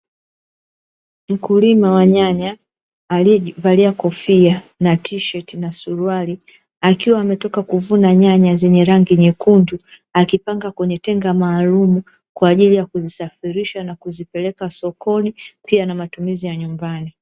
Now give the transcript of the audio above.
Mkulima wa nyanya aliyevalia kofia na fulana na suruali, akiwa ametoka kuvuna nyanya zenye rangi nyekundu, akipanga katika tenga maalumu kwa ajili ya kuzisafirisha na kuzipeleka sokoni, pia kwa ajili ya matumizi ya nyumbani.